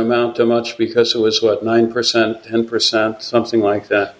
amount to much because it was what nine percent ten percent something like that